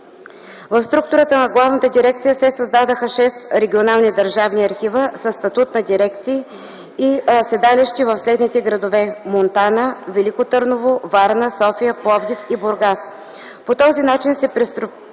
В структурата на главната дирекция се създадоха шест регионални държавни архива със статут на дирекции и седалище в следните градове: Монтана, Велико Търново, Варна, София, Пловдив и Бургас. По този начин се преструктурираха